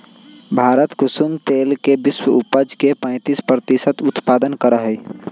भारत कुसुम तेल के विश्व उपज के पैंतीस प्रतिशत उत्पादन करा हई